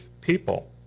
people